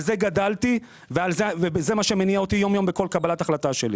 על זה גדלתי וזה מה שמניע אותי יום יום בכל קבלת החלטה שלי.